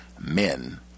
men